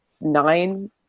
nine